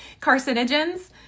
carcinogens